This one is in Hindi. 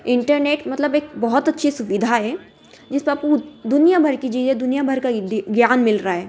इंटरनेट मतलब एक बहुत अच्छी सुविधा है जिस पर आपको दुनियाभर की चीज़ें दुनियाभर का ज्ञान मिल रहा है